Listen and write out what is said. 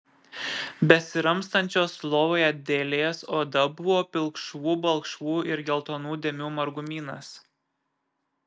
besiramstančios lovoje dėlės oda buvo pilkšvų balkšvų ir geltonų dėmių margumynas